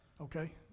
Okay